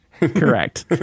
Correct